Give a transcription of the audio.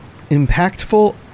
impactful